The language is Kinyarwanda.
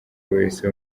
wese